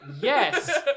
Yes